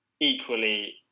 Equally